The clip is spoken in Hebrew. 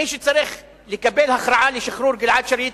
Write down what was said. מי שצריך לקבל הכרעה על שחרור גלעד שליט